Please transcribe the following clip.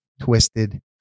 twisted